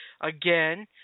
again